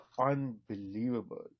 unbelievable